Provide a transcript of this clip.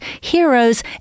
heroes